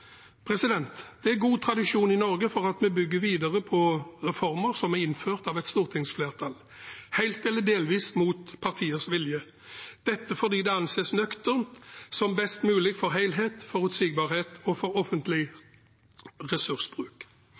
Det er god tradisjon i Norge for at vi bygger videre på reformer som er innført av et stortingsflertall, helt eller delvis mot partiers vilje – dette fordi det anses nøkternt som best mulig for helhet, forutsigbarhet og offentlig ressursbruk.